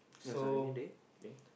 it was a rainy day okay